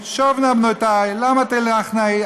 חברת הכנסת עליזה לביא,